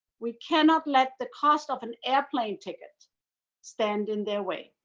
we cannot let the cost of an airplane ticket stand in their way.